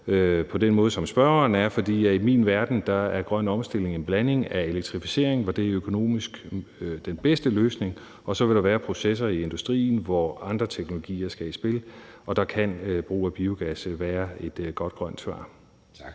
på den måde, som spørgeren er, for i min verden er grøn omstilling en blanding af elektrificering, hvor det økonomisk er den bedste løsning, og andre teknologier. Der vil være processer i industrien, hvor andre teknologier skal i spil, og der kan brug af biogas være et godt grønt svar. Kl.